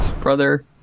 Brother